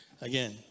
Again